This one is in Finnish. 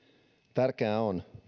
tärkeää on